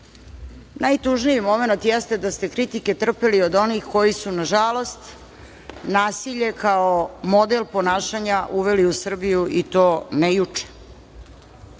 najtužniji momenat jeste da ste kritike trpeli od onih koji su, nažalost, nasilje kao model ponašanja uveli u Srbiju, i to ne juče.